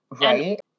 Right